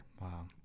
Wow